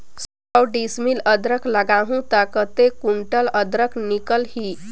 सौ डिसमिल अदरक लगाहूं ता कतेक कुंटल अदरक निकल ही?